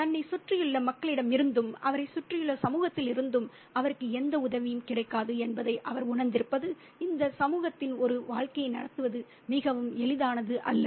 தன்னைச் சுற்றியுள்ள மக்களிடமிருந்தும் அவரைச் சுற்றியுள்ள சமூகத்திலிருந்தும் அவருக்கு எந்த உதவியும் கிடைக்காது என்பதை அவர் உணர்ந்திருப்பது இந்த சமூகத்தில் ஒரு வாழ்க்கையை நடத்துவது மிகவும் எளிதானது அல்ல